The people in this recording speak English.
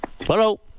Hello